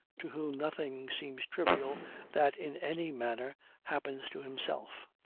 to whom nothing seems trivial that in any manner happens to himself.